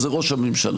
זה ראש הממשלה.